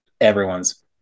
everyone's